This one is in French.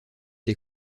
des